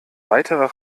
weiterer